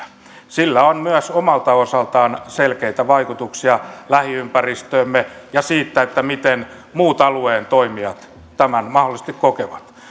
sillä on myös omalta osaltaan selkeitä vaikutuksia lähiympäristöömme ja siihen miten muut alueen toimijat tämän mahdollisesti kokevat